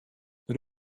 der